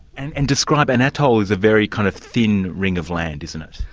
and and describe, an atoll is a very kind of thin ring of land, isn't it?